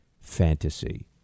fantasy